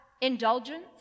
indulgence